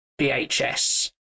VHS